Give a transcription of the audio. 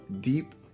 deep